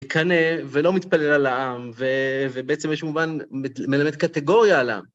קנא ולא מתפלל על העם, ו... אה... ובעצם יש מובן מ... מלמד קטגוריה על העם.